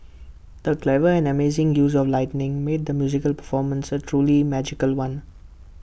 the clever and amazing use of lighting made the musical performance A truly magical one